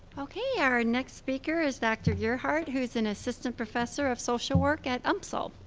okay our next speaker is dr. gearhart, who's an assistant professor of social work at umsl.